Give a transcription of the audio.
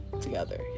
together